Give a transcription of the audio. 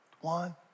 one